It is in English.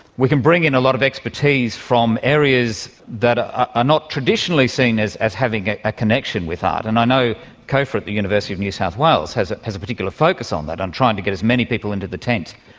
we can bring in a lot of expertise from areas that ah are not traditionally seen as as having ah a connection with art, and i know cofa at the university of new south wales has has a particular focus on that, on trying to get as many people into the tent,